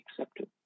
accepted